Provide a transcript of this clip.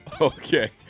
Okay